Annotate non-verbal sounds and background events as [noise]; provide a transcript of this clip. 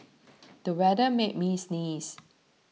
[noise] the weather made me sneeze